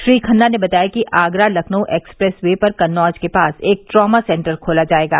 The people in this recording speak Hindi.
श्री खन्ना ने बताया कि आगरा लखनऊ एक्सप्रेस वे पर कन्नौज के पास एक ट्रामा सेन्टर खोला जायेगा